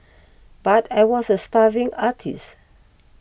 but I was a starving artist